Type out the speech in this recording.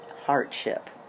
hardship